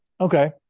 okay